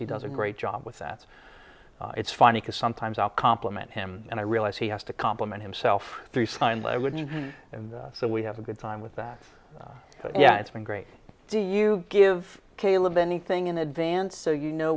he does a great job with that it's funny because sometimes i'll compliment him and i realize he has to compliment himself three signs i wouldn't and so we have a good time with that yeah it's been great do you give caleb anything in advance so you know